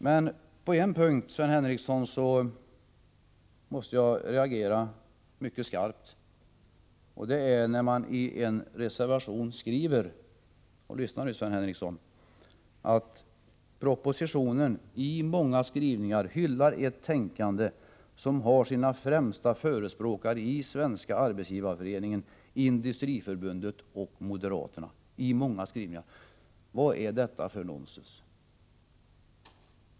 Men på en punkt, Sven Henricsson, måste jag reagera mycket skarpt och det är när vpk i en reservation skriver — lyssna nu, Sven Henricsson! - att ”propositionen i många skrivningar hyllar ett tänkande som har sina främsta förespråkare i Svenska arbetsgivareföreningen, Industriförbundet och moderaterna.” Vad är detta för nonsens?